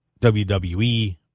wwe